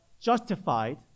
justified